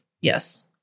Yes